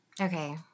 Okay